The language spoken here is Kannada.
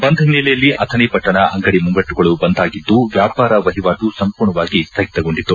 ಬಂದ್ ಹಿನ್ನಲೆಯಲ್ಲಿ ಅಥಣಿ ಪಟ್ಟಣ ಅಂಗಡಿ ಮುಂಗಟ್ಟಗಳು ಬಂದಾಗಿದ್ದು ವ್ಯಾಪಾರ ವಹಿವಾಟು ಸಂಪೂರ್ಣವಾಗಿ ಸ್ಥಗಿತಗೊಂಡಿತ್ತು